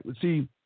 see